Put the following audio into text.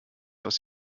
aus